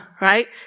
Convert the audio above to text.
right